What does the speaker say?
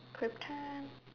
Krypton